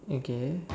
okay